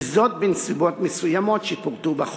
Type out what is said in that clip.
וזאת בנסיבות מסוימות שפורטו בחוק.